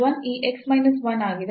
1 ಈ x minus 1 ಆಗಿದೆ